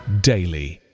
daily